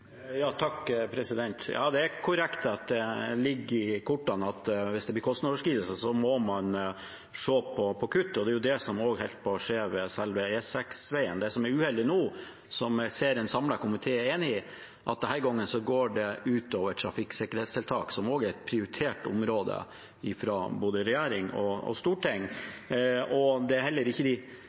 Ja, det er korrekt at det ligger i kortene at hvis det blir kostnadsoverskridelser, må en se på kutt. Det var det som også holdt på å skje med selve veien E6. Det som er uheldig nå – og som jeg ser at en samlet komité er enig i – er at denne gangen går det ut over trafikksikkerhetstiltak, som også er et prioritert område av både regjering og storting. Det er heller ikke de